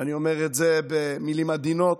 ואני אומר את זה במילים עדינות.